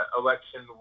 election